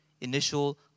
initial